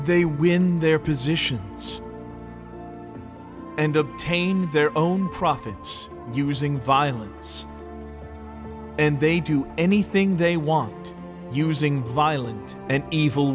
they win their positions and obtain their own profits using violence and they do anything they want using violent and evil